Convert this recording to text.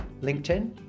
LinkedIn